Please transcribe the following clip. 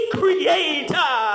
creator